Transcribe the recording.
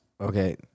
Okay